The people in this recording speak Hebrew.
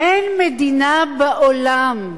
אין מדינה בעולם,